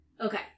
Okay